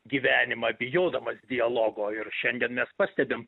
gyvenimą bijodamas dialogo ir šiandien mes pastebim